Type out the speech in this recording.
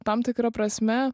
tam tikra prasme